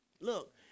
Look